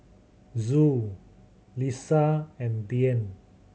Zul Lisa and Dian